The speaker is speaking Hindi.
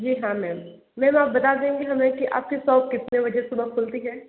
जी हाँ मैम मैम आप बता देंगे हमें की आपकी शॉप कितने बजे सुबह खुलती है